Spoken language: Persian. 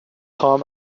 خوام